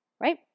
right